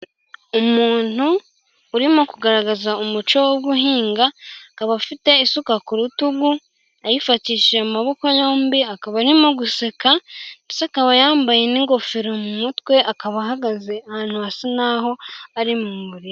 Umuntu urimo kugaragaza umuco wo guhinga, akaba afite isuka ku rutugu, ayifatishije amaboko yombi, akaba arimo guseka, ndetse akaba yambaye n'ingofero mu mutwe, akaba ahagaze ahantu hasa naho ari mu murima.